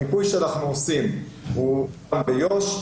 המיפוי שאנחנו עושים הוא גם ביו"ש.